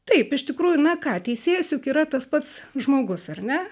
taip iš tikrųjų na ką teisėjas juk yra tas pats žmogus ar ne